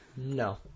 No